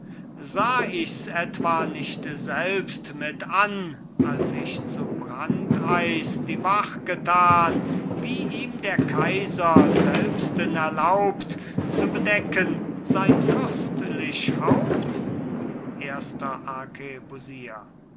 sah ichs etwa nicht selbst mit an als ich zu brandeis die wach getan wie ihm der kaiser selbsten erlaubt zu bedecken sein fürstlich haupt erster